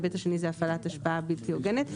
ההיבט השני זה הפעלת השפעה בלתי הוגנת,